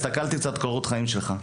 והסתכלתי קצת בקורות החיים שלך,